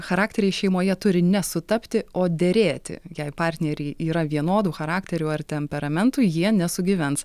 charakteriai šeimoje turi ne sutapti o derėti jei partneriai yra vienodų charakterių ar temperamentų jie nesugyvens